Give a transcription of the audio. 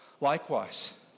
Likewise